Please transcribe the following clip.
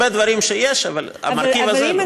יש הרבה דברים, אבל המרכיב הזה לא.